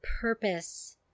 purpose